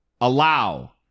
allow